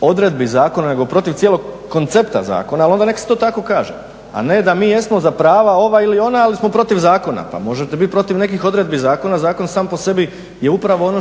odredbi zakona, nego protiv cijelog koncepta zakona ali onda nek' se to tako kaže. A ne da mi jesmo za prava ova ili ona, ali smo protiv zakona. Pa možete biti protiv nekih odredbi zakona, zakon sam po sebi je upravo ono